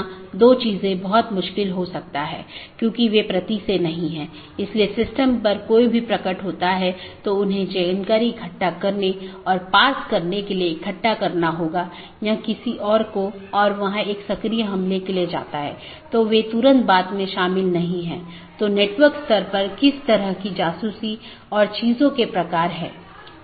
मुख्य रूप से दो BGP साथियों के बीच एक TCP सत्र स्थापित होने के बाद प्रत्येक राउटर पड़ोसी को एक open मेसेज भेजता है जोकि BGP कनेक्शन खोलता है और पुष्टि करता है जैसा कि हमने पहले उल्लेख किया था कि यह कनेक्शन स्थापित करता है